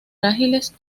túnicas